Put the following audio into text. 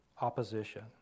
opposition